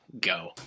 go